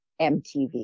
MTV